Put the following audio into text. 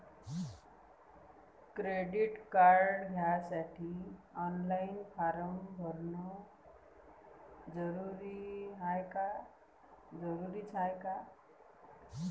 Credit card घ्यासाठी online form भरन जरुरीच हाय का?